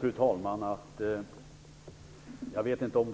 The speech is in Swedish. Fru talman! Jag vet inte om